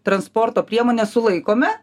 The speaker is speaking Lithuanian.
transporto priemonę sulaikome